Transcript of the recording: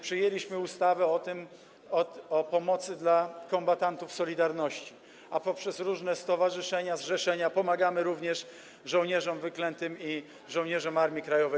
Przyjęliśmy ustawę o pomocy dla kombatantów „Solidarności”, a poprzez różne stowarzyszenia, zrzeszenia pomagamy również żołnierzom wyklętym i żołnierzom Armii Krajowej.